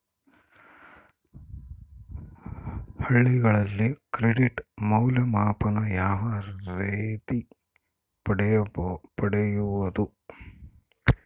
ಹಳ್ಳಿಗಳಲ್ಲಿ ಕ್ರೆಡಿಟ್ ಮೌಲ್ಯಮಾಪನ ಯಾವ ರೇತಿ ಪಡೆಯುವುದು?